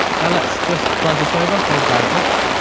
now let's just drag this over, hold down alt,